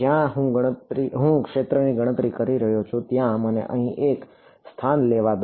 જ્યાં હું ક્ષેત્રની ગણતરી કરી રહ્યો છું ત્યાંથી મને અહીં એક સ્થાન લેવા દો